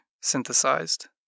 synthesized